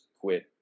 quit